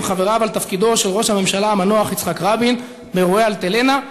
חבריו על תפקידו של ראש הממשלה המנוח יצחק רבין באירועי "אלטלנה",